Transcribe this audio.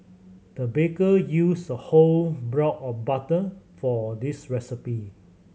the baker used a whole block of butter for this recipe